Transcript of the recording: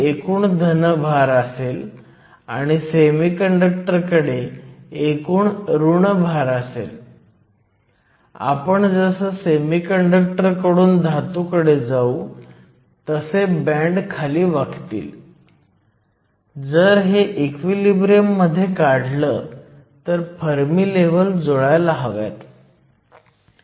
म्हणून या विशिष्ट प्रकरणात आपल्याला सेमीकंडक्टर सामग्री जर्मेनियम सिलिकॉन आणि गॅलियम आर्सेनाइडसाठी बिल्ट इन पोटेन्शियल हवी आहे